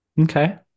okay